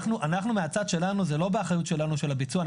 מהצד שלנו האחריות לביצוע היא לא שלנו.